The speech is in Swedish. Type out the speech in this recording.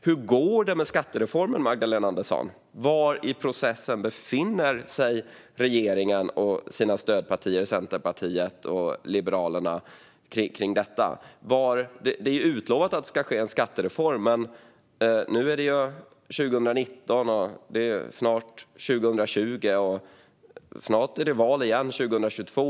Hur går det med skattereformen, Magdalena Andersson? Var i processen kring detta befinner sig regeringen och dess stödpartier Centerpartiet och Liberalerna? Det är ju utlovat att det ska ske en skattereform. Nu är det 2019. Snart är det 2020, och snart är det val igen 2022.